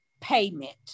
Payment